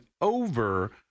over